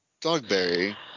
Dogberry